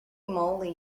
moly